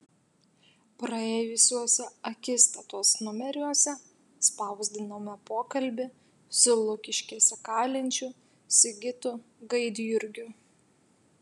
praėjusiuose akistatos numeriuose spausdinome pokalbį su lukiškėse kalinčiu sigitu gaidjurgiu